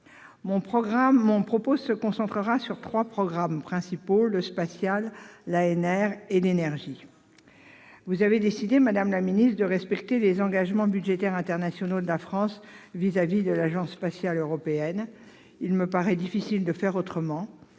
Mon propos se concentrera sur trois programmes principaux : le spatial, l'Agence nationale de la recherche, l'ANR, et l'énergie. Vous avez décidé, madame la ministre, de respecter les engagements budgétaires internationaux de la France à l'égard de l'Agence spatiale européenne, l'ESA. Il me paraît difficile de faire autrement.